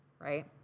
right